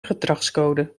gedragscode